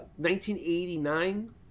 1989